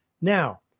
Now